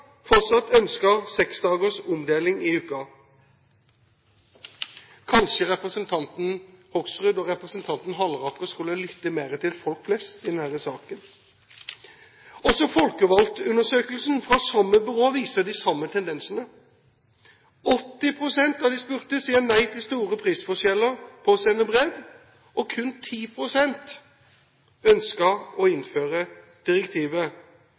fortsatt ønsker seks dagers omdeling i uka. Kanskje representanten Hoksrud og representanten Halleraker skulle lytte mer til folk flest i denne saken. Også folkevalgtundersøkelsen fra samme byrå viser de samme tendensene. 80 pst. av de spurte sier nei til store prisforskjeller på å sende brev, og kun 10 pst. ønsker å innføre direktivet.